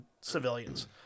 civilians